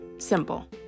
simple